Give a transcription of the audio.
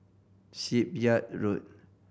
Shipyard Road